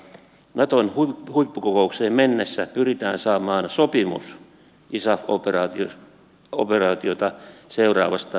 naton huippukokoukseen mennessä pyritään saamaan sopimus isaf operaatiota seuraavasta missiosta